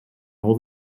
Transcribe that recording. all